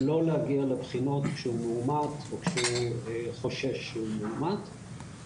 ולא להגיע לבחינות כשהוא מאומת או כשהוא חושש שהוא מאומת.